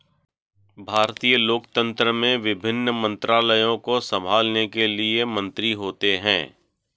भारतीय लोकतंत्र में विभिन्न मंत्रालयों को संभालने के लिए मंत्री होते हैं